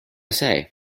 say